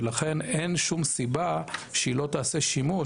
ולכן אין שום סיבה שהיא לא תעשה בו שימוש.